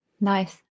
Nice